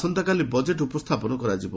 ଆସନ୍ତାକାଲି ବଜେଟ୍ ଉପସ୍ଥାପନ କରାଯିବ